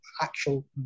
actual